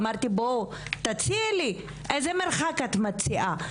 אמרתי, בואי תציעי לי איזה מרחק את מציעה?